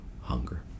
hunger